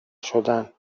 شدن